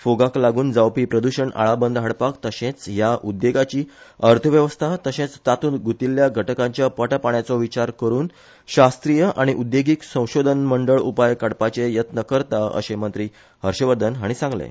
फोगाक लागून जावपी प्रद्वषण आळाबंद हाडपाक तशेंच ह्या उद्देगाची अर्थव्यवस्था तशेंच तातुंत गुतील्ल्या घटकांच्या पोटा पाण्याचो विचार करुन शास्त्रीय आनी उद्देगीक संशोधन मंडळ उपाय काडपाचे यत्न करता अशें मंत्री हर्षवर्धन हाणी सांगलें